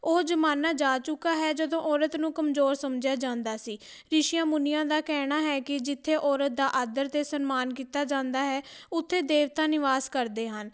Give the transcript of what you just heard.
ਉਹ ਜ਼ਮਾਨਾ ਜਾ ਚੁੱਕਾ ਹੈ ਜਦੋਂ ਔਰਤ ਨੂੰ ਕਮਜ਼ੋਰ ਸਮਝਿਆ ਜਾਂਦਾ ਸੀ ਰਿਸ਼ੀਆਂ ਮੁਨੀਆਂ ਦਾ ਕਹਿਣਾ ਹੈ ਕਿ ਜਿੱਥੇ ਔਰਤ ਦਾ ਆਦਰ ਅਤੇ ਸਨਮਾਨ ਕੀਤਾ ਜਾਂਦਾ ਹੈ ਉੱਥੇ ਦੇਵਤਾ ਨਿਵਾਸ ਕਰਦੇ ਹਨ